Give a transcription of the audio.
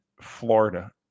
Florida